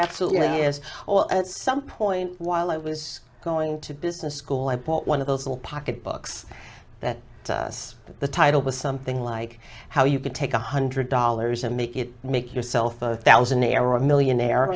absolutely is all at some point while i was going to business school i bought one of those little pocket books that the title was something like how you could take one hundred dollars and make it make yourself a thousand iraqi millionaire